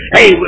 Hey